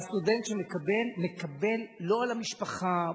הסטודנט שמקבל מקבל לא על המשפחה,